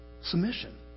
Submission